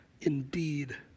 indeed